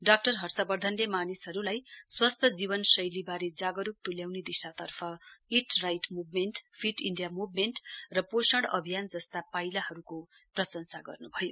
doctor Harsh वर्धनले मानिसहरूलाई स्वस्थ जीवनशैलीबारे जागरूक तुल्याउने दिशातर्फ eat right movement fit India movement र पोषण अभियान जस्ता पाइलहरूको प्रशंसा गर्नुभयो